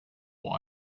what